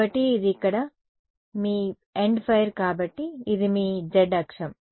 కాబట్టి ఇది ఇక్కడ మీ ఎండ్ ఫైర్ కాబట్టి ఇది మీ z అక్షం